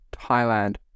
Thailand